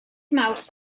mawrth